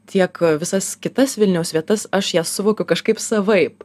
tiek visas kitas vilniaus vietas aš jas suvokiu kažkaip savaip